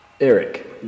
Eric